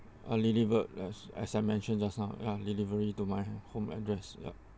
uh delivered yes as I mentioned just now ya delivery to my home address yup